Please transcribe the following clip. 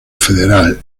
federal